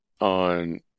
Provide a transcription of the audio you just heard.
on